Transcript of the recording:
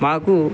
మాకు